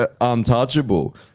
untouchable